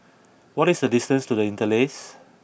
what is the distance to The Interlace